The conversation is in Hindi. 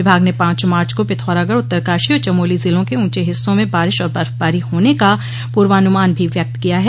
विभाग ने पांच मार्च को पिथौरागढ़ उत्तरकाशी और चमोली जिलों के ऊंचे हिस्सों में बारिश और बर्फबारी होने का पूर्वानुमान भी व्यक्त किया है